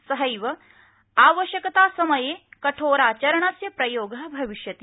सहैव आवश्यकता समये कठोराचरणस्य प्रयोग भविष्यति